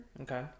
Okay